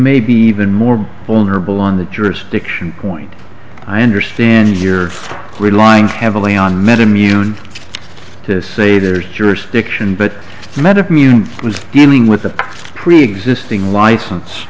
may be even more vulnerable on the jurisdiction point i understand you're relying heavily on met immune to say their jurisdiction but metamucil was dealing with a preexisting license